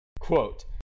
quote